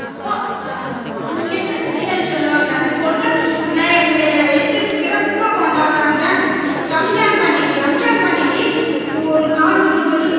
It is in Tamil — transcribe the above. பா வானுயர்ந்த சிலைகள்னு சொல்லுவாங்கள்ல அது போன்ற விநாயகர் சிலைகளை வைத்து சிறப்பாக கொண்டாடுகிறாங்க ரம்ஜான் பண்டிகை ரம்ஜான் பண்டிகை ஒரு நாள் முழுவதும்